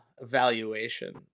evaluation